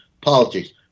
politics